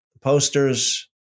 posters